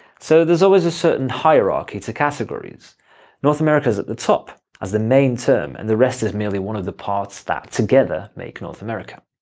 so there's always a certain hierarchy to categories north america is at the top, as the main term, and the rest is merely one of the parts that, together, make north america.